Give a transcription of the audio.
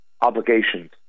obligations